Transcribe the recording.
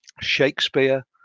Shakespeare